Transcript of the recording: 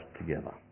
together